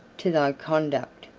to thy conduct,